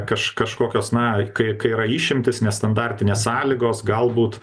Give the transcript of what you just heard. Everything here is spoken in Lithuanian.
kaž kažkokios na kai kai yra išimtys nestandartinės sąlygos galbūt